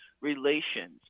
relations